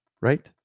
Right